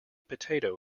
potato